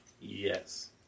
Yes